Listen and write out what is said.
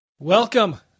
Welcome